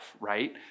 right